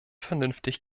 vernünftig